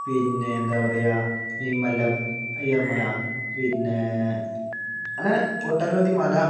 പിന്നെ എന്താ പറയുക അയ്യർമല പിന്നെ അങ്ങനെ ഒട്ടനവധി മല